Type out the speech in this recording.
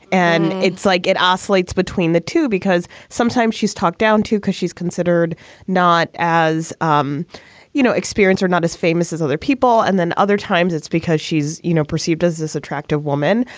and it's like it oscillates between the two because sometimes she's talked down to because she's considered not, as, um you know, experience or not as famous as other people. and then other times, it's because she's, you know, perceived as this attractive woman.